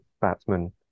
batsman